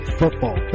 football